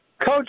Coach